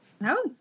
No